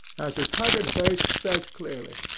as his haggard face says clearly.